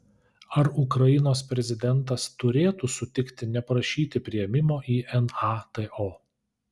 ar ukrainos prezidentas turėtų sutikti neprašyti priėmimo į nato